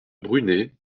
brunet